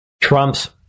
Trump's